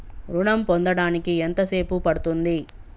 ఋణం పొందడానికి ఎంత సేపు పడ్తుంది?